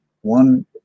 one